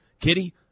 kitty